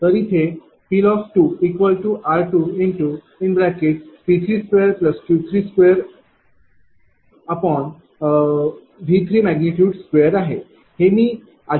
तर इथेPLoss2r×P2Q2। V।2आहे हे मी आधी